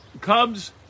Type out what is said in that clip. Cubs